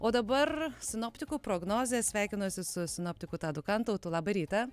o dabar sinoptikų prognozės sveikinuosi su sinoptiku tadu kantautu labą rytą